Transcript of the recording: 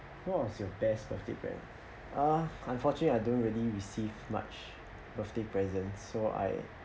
what was your best birthday present uh unfortunately I don't really receive much birthday present so I